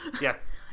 Yes